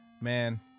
Man